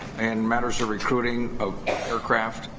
and matters of recruiting, of aircraft?